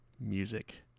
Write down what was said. music